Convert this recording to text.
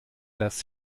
das